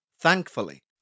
thankfully